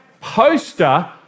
poster